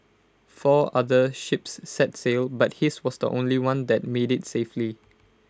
four other ships set sail but his was the only one that made IT safely